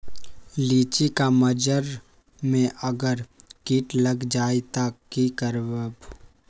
लिचि क मजर म अगर किट लग जाई त की करब?